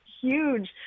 huge